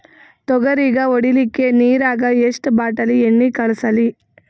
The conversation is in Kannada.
ತೊಗರಿಗ ಹೊಡಿಲಿಕ್ಕಿ ನಿರಾಗ ಎಷ್ಟ ಬಾಟಲಿ ಎಣ್ಣಿ ಕಳಸಲಿ?